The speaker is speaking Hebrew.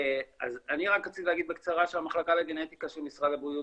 אני רק רציתי להגיד בקצרה שהמחלקה לגנטיקה של משרד הבריאות